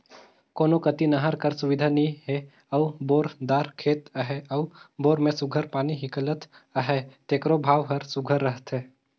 कोनो कती नहर कर सुबिधा नी हे अउ बोर दार खेत अहे अउ बोर में सुग्घर पानी हिंकलत अहे तेकरो भाव हर सुघर रहथे